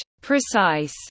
precise